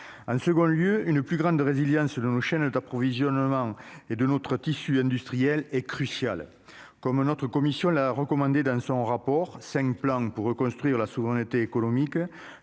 en second lieu, une plus grande résilience dans nos chaînes d'approvisionnement et de notre tissu industriel est crucial, comme notre commission là recommandé dans son rapport, 5 plans pour reconstruire la souveraineté économique je